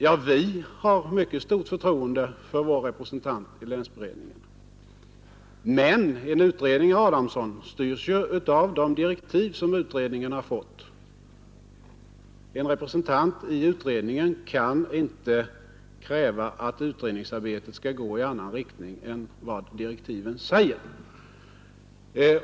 Jo, vi har mycket stort förtroende för vår representant där, men beredningen styrs ju av de direktiv den fått, herr Adamsson. En representant i beredningen kan inte kräva att arbetet där skall gå i annan riktning än vad direktiven anger.